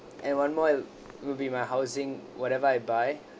and one more it will be my housing whatever I buy